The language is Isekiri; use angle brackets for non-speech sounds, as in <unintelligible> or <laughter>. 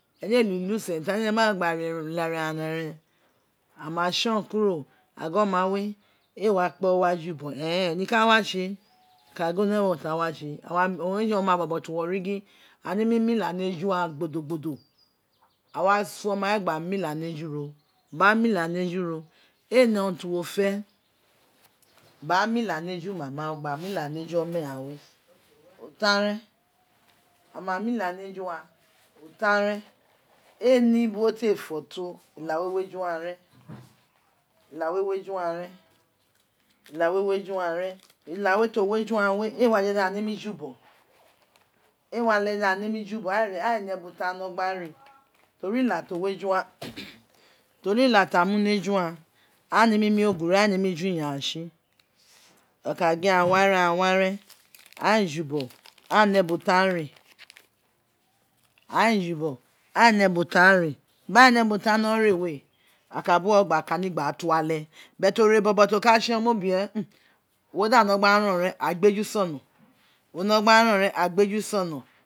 Ɛne éè re uli-usen tabi dene ma gba gba nen uren ara ene, a ma tson kuro ama we ee kpe owa jubogho <unintelligible> niko owun a wa tse kagin ene ma urua tene wa tse owun re tse oma bobo fi wori gin a nemi mu la ni eju aghan gbodo gbo do awa so oma we gba mu ila ni eju ro ba mila ni eju ro awa so oma we gba mu ila ni eju ro ba mila ni eju ro ee ne wu ti wo fe ba mila eju imam gba ni ila ni eju omegha we o tan ren ama ma la ni eju aghan o tan ren ee ne bin wo te fo to la we o weju aghan e ila we wi eju aghan ren ila we wi eju aghan ren ila we wi aghan ren, ila we ti owi eju aghan ee wa nemi jubogho ee wa leghe aghan nemi jubogho aghan ee ne ubo taghan wino re tori ila to wi eju aghan <noise> ten ila ta mu ni eju aghan aghan ee nemi me ogure, aghan ee nemi ren ju iye aghan wa ren <noise> aghan ee jubogho aghan ee ne bo tangha re, aghan ee jubogho aghan ee ne ubo ubo taghan aghan ee ne bo tangha re, aghan ee jubogho aghan ee ne ubo taghan ne baghan ee ne bo tanghan no ne we a ka buwo gba kani gba ra to ale but ore bobo ti o ka tson mo bie woda wino gba ren re, a gbe eju sono wo nogba ren re a gbeju sono